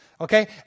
Okay